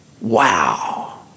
wow